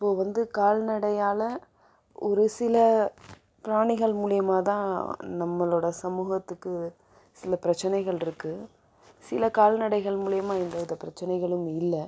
இப்போ வந்து கால்நடையால் ஒரு சில பிராணிகள் மூலியமாகதான் நம்மளோட சமூகத்துக்கு சில பிரச்சனைகள் இருக்கு சில கால்நடைகள் மூலியமாக எந்த வித பிரச்சனைகளும் இல்லை